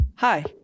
Hi